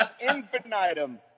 Infinitum